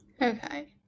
Okay